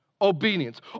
obedience